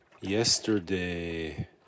Yesterday